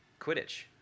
quidditch